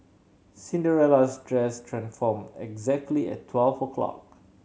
Cinderella's dress transformed exactly at twelve o' clock